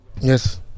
Yes